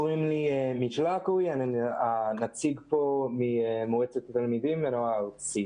אני הנציג של מועצת התלמידים והנוער הארצית.